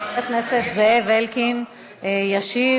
חבר הכנסת זאב אלקין ישיב,